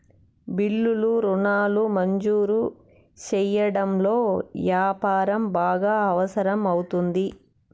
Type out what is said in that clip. బిల్లులు రుణాలు మంజూరు సెయ్యడంలో యాపారం బాగా అవసరం అవుతుంది